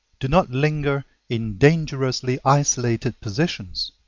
do not linger in dangerously isolated positions.